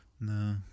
No